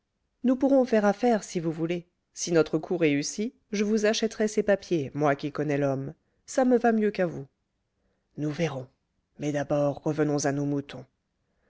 nous pourrons faire affaire si vous voulez si notre coup réussit je vous achèterai ces papiers moi qui connais l'homme ça me va mieux qu'à vous nous verrons mais d'abord revenons à nos moutons